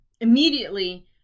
immediately